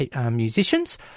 musicians